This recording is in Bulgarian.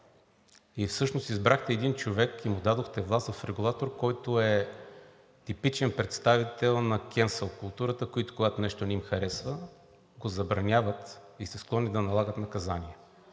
Всъщност избрахте един човек и му дадохте власт в регулатор, който е типичен представител на cancel културата, на които, когато нещо не им харесва, го забраняват и са склонни да налагат наказания.